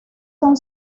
son